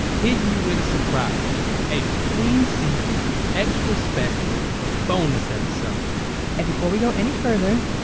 hittin' you with a surprise a between season extra special bonus episode and before we go any further,